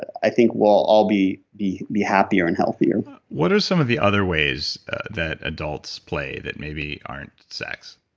i think we'll all be be be happier and healthier what are some of the other ways that adults play that maybe aren't sex?